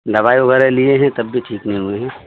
دوائی وغیرہ لیے ہیں تب بھی ٹھیک نہیں ہوئے ہیں